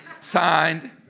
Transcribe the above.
Signed